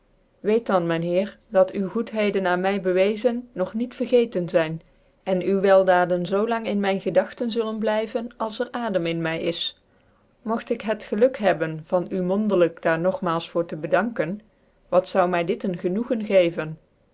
dan myn heer dat u goetheden aan my bewezen nog niet vergeten zyn cn uwe weldaden zoo lang in myn gedagten zullen bly ven als er adem in my is mogt ik het geluk hebben van uw mondclijk daar nogmaals voor tc bedanken wat zou ren n e g e r rzi l y zou my dit een genoegen geven